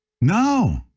No